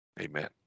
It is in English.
amen